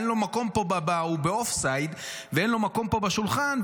הוא באופסייד ואין לו מקום פה בשולחן,